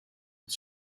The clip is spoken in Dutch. het